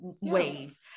wave